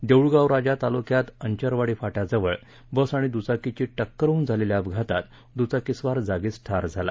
देऊळगाव राजा तालुक्यात अंचरवाडी फाट्याजवळ बस आणि दुचाकीची टक्कर होऊन झालेल्या अपघातात दुचाकीस्वार जागीच ठार झाला